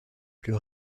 plus